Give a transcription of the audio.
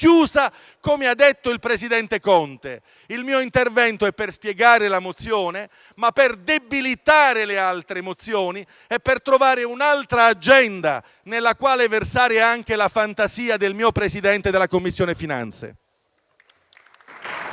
come ha detto il presidente Conte. Il mio intervento intende spiegare la nostra mozione, ma anche debilitare le altre mozioni e trovare un'altra agenda, nella quale riversare la fantasia del Presidente della Commissione finanze e